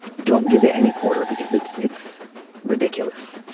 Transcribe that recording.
don't give it any quarter because it's it's ridiculous